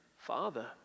Father